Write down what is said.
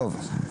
טוב.